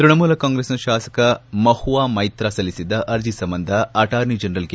ತ್ಯಣಮೂಲ ಕಾಂಗ್ರೆಸ್ ನ ಶಾಸಕ ಮಹುವಾ ಮೈತ್ರಾ ಸಲ್ಲಿಸಿದ್ದ ಅರ್ಜಿ ಸಂಬಂಧ ಅಟಾರ್ನಿ ಜನರಲ್ ಕೆ